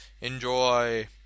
enjoy